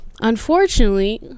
unfortunately